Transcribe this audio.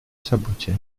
событие